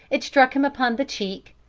it struck him upon the cheek,